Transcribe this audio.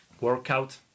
workout